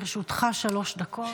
לרשותך שלוש דקות.